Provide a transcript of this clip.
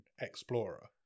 explorer